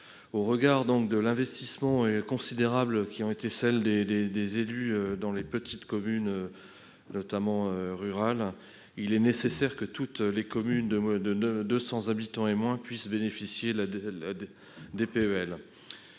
Au regard de l'investissement considérable des élus des petites communes, notamment rurales, il est nécessaire que toutes les communes de 200 habitants et moins puissent bénéficier de la DPEL.